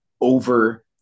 over